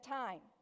time